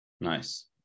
Nice